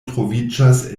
troviĝas